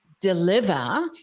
deliver